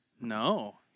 No